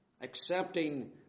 accepting